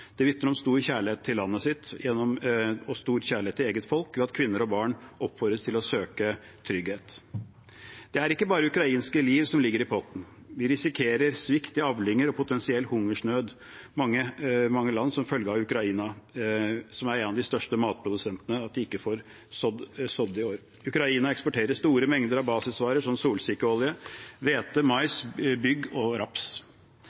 Det vitner om stor kjærlighet til eget land og stor kjærlighet til eget folk ved at kvinner og barn oppfordres til å søke trygghet. Det er ikke bare ukrainske liv som ligger i potten. Vi risikerer svikt i avlinger og potensiell hungersnød i mange land som følge av at Ukraina er en av de største matprodusentene og ikke får sådd i år. Ukraina eksporterer store mengder basisvarer som solsikkeolje, hvete, mais, bygg og raps.